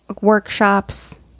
workshops